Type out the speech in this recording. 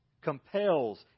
compels